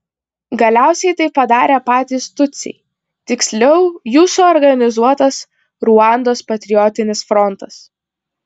galiausiai tai padarė patys tutsiai tiksliau jų suorganizuotas ruandos patriotinis frontas